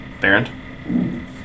Baron